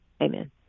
Amen